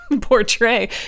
portray